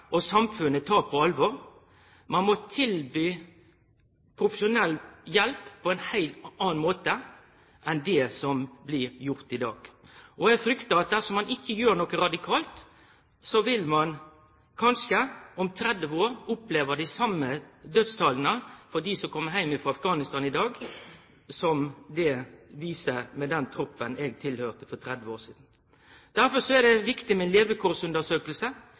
tilby profesjonell hjelp på ein heilt annan måte enn det som blir gjort i dag. Eg fryktar at dersom ein ikkje gjer noko radikalt, vil ein kanskje om 30 år oppleve dei same dødstala for dei som kjem heim frå Afghanistan i dag, som for den troppen eg tilhøyrde for 30 år sidan. Derfor er det viktig med